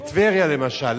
בטבריה, למשל.